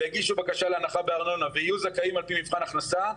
ויגישו בקשה להנחה בארנונה ויהיו זכאים על פי מבחן הכנסה,